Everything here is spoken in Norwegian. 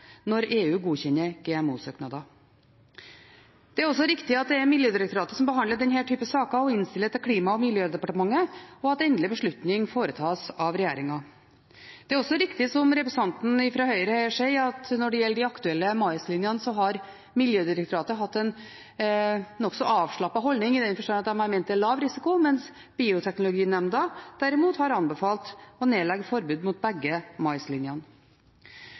når EU godkjenner GMO-søknader. Det er også riktig at det er Miljødirektoratet som behandler denne typen saker og innstiller til Klima- og miljødepartementet, og at endelig beslutning foretas av regjeringen. Det er også riktig, som representanten fra Høyre her sier, at når det gjelder de aktuelle maislinjene, har Miljødirektoratet hatt en nokså avslappet holdning i den forstand at de har ment at det er lav risiko, mens Bioteknologinemnda derimot har anbefalt å nedlegge forbud mot begge maislinjene.